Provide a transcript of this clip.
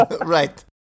Right